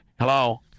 Hello